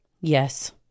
Yes